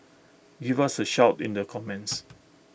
give us A shout in the comments